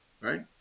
Right